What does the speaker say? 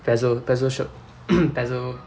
Pezzo Pezzo shop Pezzo